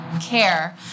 care